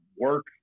work